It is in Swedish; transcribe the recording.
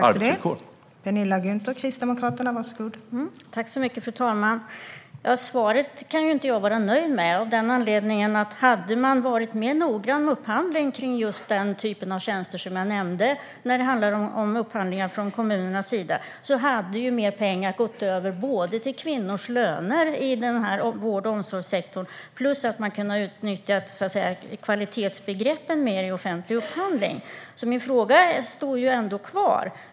Fru talman! Jag kan inte vara nöjd med svaret, av följande anledning: Hade man från kommunernas sida varit mer noggrann med upphandling av just den typ av tjänster jag nämnde hade ju inte bara mer pengar gått över till kvinnors löner i vård och omsorgssektorn, utan man hade även kunnat utnyttja kvalitetsbegreppen mer i offentlig upphandling. Min fråga kvarstår alltså.